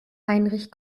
heinrich